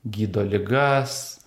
gydo ligas